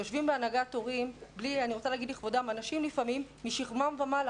יושבים בהנהגת הורים אנשים משכמם ומעלה לפעמים.